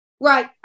Right